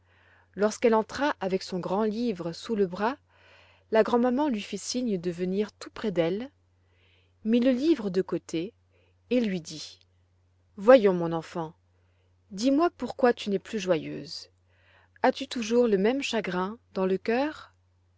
lorsqu'elle entra avec son grand livre sous le bras la grand'maman lui fit signe de venir tout près d'elle mit le livre de côté et lui dit voyons mon enfant dis-moi pourquoi tu n'es plus joyeuse as-tu toujours le même chagrin dans le cœur